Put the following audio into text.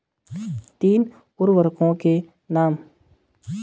तीन उर्वरकों के नाम?